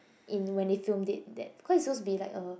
in when they filmed it that cause it's suppose be like a